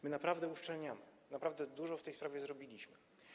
My naprawdę uszczelniamy, naprawdę dużo w tej sprawie zrobiliśmy.